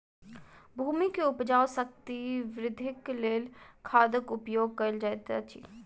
भूमि के उपजाऊ शक्ति वृद्धिक लेल खादक उपयोग कयल जाइत अछि